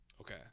okay